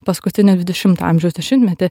paskutinį dvidešimto amžiaus dešimtmetį